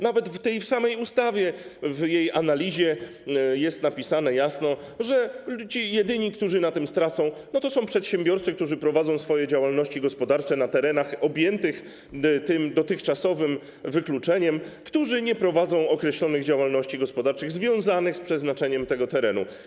Nawet w samej tej ustawie, w jej analizie jest napisane jasno, że jedyni, którzy na tym stracą, to są przedsiębiorcy, którzy prowadzą swoje działalności gospodarcze na terenach objętych dotychczasowym wykluczeniem, a którzy nie prowadzą określonych działalności gospodarczych związanych z przeznaczeniem tych terenów.